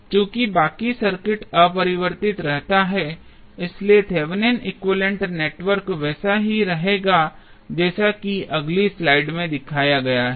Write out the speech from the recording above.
चूंकि बाकी सर्किट अपरिवर्तित रहता है इसलिए Thevenin equivalent Thevenins equivalent network वैसा ही रहेगा जैसा कि अगली स्लाइड में दिखाया गया है